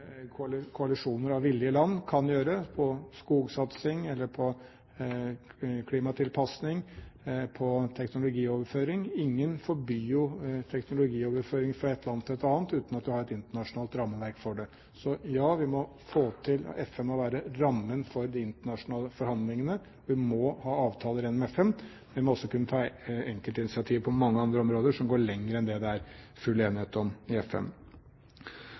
Ingen forbyr jo teknologioverføring fra et land til et annet uten at du har et internasjonalt rammeverk for det. Så, ja, vi må få FN til å være rammen for de internasjonale forhandlingene. Vi må ha avtaler gjennom FN. Vi må også kunne ta enkeltinitiativ på mange andre områder som går lenger enn det det er full enighet om i FN.